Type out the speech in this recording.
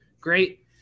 great